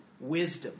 wisdom